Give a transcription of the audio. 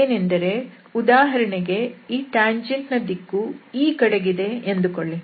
ಅದೇನೆಂದರೆ ಉದಾಹರಣೆಗೆ ಈ ಟ್ಯಾಂಜೆಂಟ್ ನ ದಿಕ್ಕು ಈ ಕಡೆಗಿದೆ ಎಂದುಕೊಳ್ಳಿ